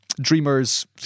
dreamers